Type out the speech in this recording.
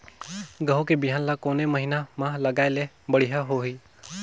गहूं के बिहान ल कोने महीना म लगाय ले बढ़िया होही?